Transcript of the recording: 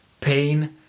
pain